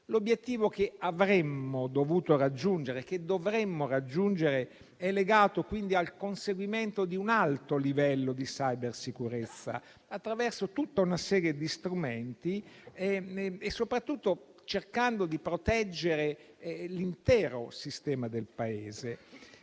L'obiettivo che avremmo dovuto raggiungere e dovremmo raggiungere è legato quindi al conseguimento di un alto livello di cybersicurezza attraverso tutta una serie di strumenti, e soprattutto cercando di proteggere l'intero sistema del Paese,